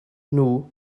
nhw